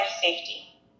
safety